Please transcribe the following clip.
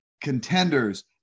contenders